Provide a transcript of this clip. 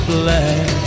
black